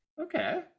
Okay